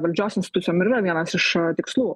valdžios institucijom ir yra vienas iš tikslų